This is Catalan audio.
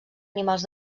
animals